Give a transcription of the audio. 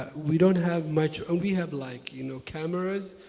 ah we don't have much and we have like, you know cameras,